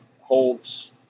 holds